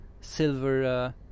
silver